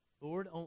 Lord